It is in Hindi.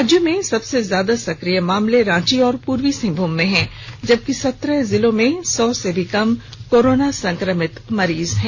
राज्य में सबसे ज्यादा सक्रिय मामले रांची और पूर्वी सिंहभूम में हैं जबकि सत्रह जिलों में सौ से भी कम कोरोना संक्रमित मरीज हैं